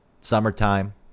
summertime